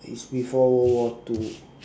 it's before world war two